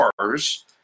cars